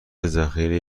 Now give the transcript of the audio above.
ذخیره